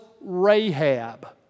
Rahab